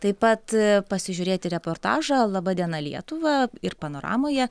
taip pat pasižiūrėti reportažą laba diena lietuva ir panoramoje